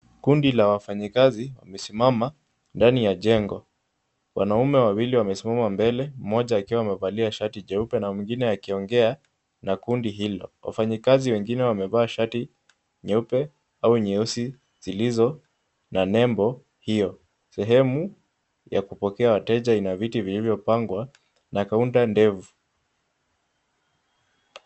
Kundi la wafanyikazi wamesimama ndani ya jengo. Wanaume wawili wamesimama mbele, mmoja akiwa amevalia shati jeupe na mwingine akiongea na kundi hilo. Wafanyikazi wengine wameva shati nyeupe au nyeusi zilizo na nembo hiyo. Sehemu ya kupokea wateja ina viti vilivyopangwa na kaunta ndefu.